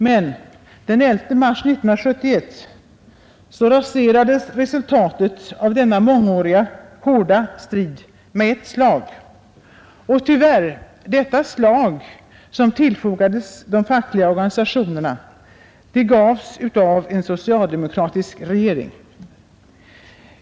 Men den 11 mars 1971 raserades resultatet av denna mångåriga, hårda strid med ett slag. Och detta slag, som tillfogades de fackliga organisationerna, gavs tyvärr av en socialdemokratisk regering.